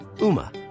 Uma